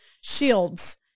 shields